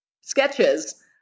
sketches